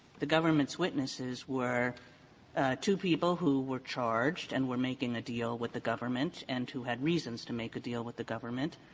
the government's witnesses were two people who were charged and were making a deal with the government and who had reasons to make a deal with the government,